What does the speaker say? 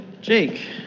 Jake